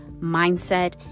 mindset